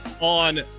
on